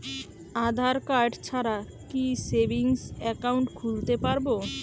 আধারকার্ড ছাড়া কি savings account খুলতে পারব?